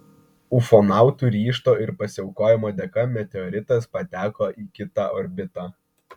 ufonautų ryžto ir pasiaukojimo dėka meteoritas pateko į kitą orbitą